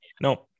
no